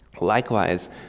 Likewise